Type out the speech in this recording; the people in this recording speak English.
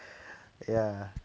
ya